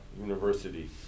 University